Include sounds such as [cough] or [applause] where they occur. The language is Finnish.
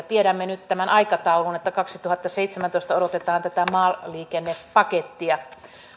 [unintelligible] tiedämme nyt tämän aikataulun että kaksituhattaseitsemäntoista odotetaan tätä maaliikennepakettia